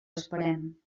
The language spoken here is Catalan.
esperem